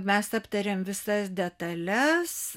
mes aptarėm visas detales